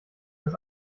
das